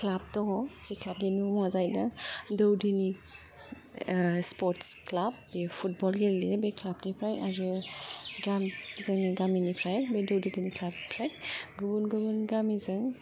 club दङ जे क्लाबनि मुङा जाहैदों दौदिनि स्प'र्टस क्लाब बेयाव फुटबल गेलेयो बे क्लाब निफ्राय आरो जोंनि गामिनिफ्राय बे दौदिनि क्लाब निफ्राय गुबुन गुबुन गामिजों